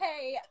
Hey